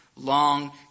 long